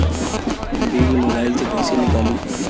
Bill mobile से कईसे निकाली?